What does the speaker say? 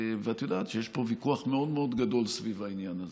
ואת יודעת שיש פה ויכוח מאוד מאוד גדול סביב העניין הזה.